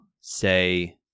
say